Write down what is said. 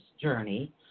journey